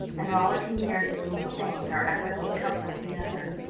and rolla came near to doing the same in her efforts to comfort the other.